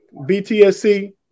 BTSC